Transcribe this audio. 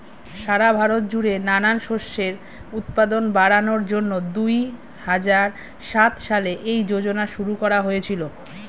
সারা ভারত জুড়ে নানান শস্যের উৎপাদন বাড়ানোর জন্যে দুহাজার সাত সালে এই যোজনা শুরু করা হয়েছিল